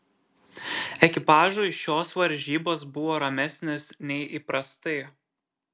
ekipažui šios varžybos buvo ramesnės nei įprastai